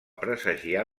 presagiar